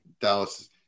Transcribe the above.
Dallas